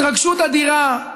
התרגשות אדירה,